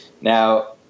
Now